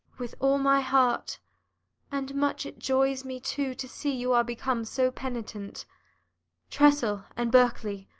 with all my heart and much it joys me too to see you are become so penitent tressel and berkeley,